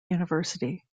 university